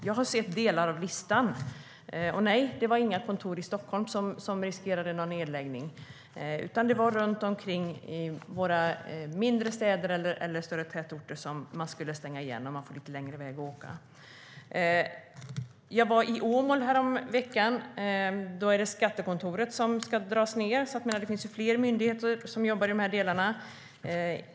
Jag har sett delar av listan. Och nej, det var inga kontor i Stockholm som riskerade att läggas ned. Det var i våra mindre städer eller i större tätorter som man skulle stänga igen. Då blir det lite längre väg att åka. Jag var i Åmål häromveckan. Där ska det dras ned på skattekontoret. Det finns alltså fler myndigheter som jobbar i de här delarna.